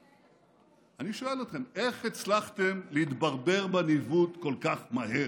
אני שואל אתכם: איך הצלחתם להתברבר בניווט כל כך מהר?